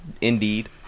indeed